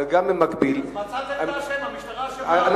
אבל גם במקביל, אז מצאתם את האשם: המשטרה אשמה.